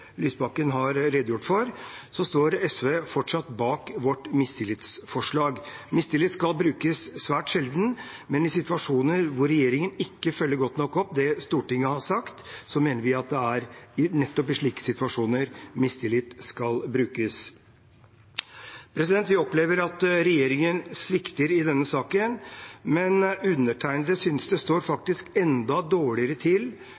Lysbakken har redegjort for, står SV fortsatt bak sitt mistillitsforslag. Mistillit skal brukes svært sjelden, men vi mener at det nettopp er i situasjoner hvor regjeringen ikke følger godt nok opp det Stortinget har sagt, at mistillit skal brukes. Vi opplever at regjeringen svikter i denne saken, men undertegnede synes faktisk det står enda dårligere til